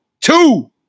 two